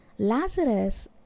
lazarus